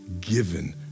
given